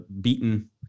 beaten